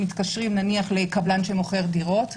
מתקשרים נניח לקבלן שמוכר דירות,